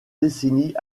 décennies